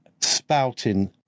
spouting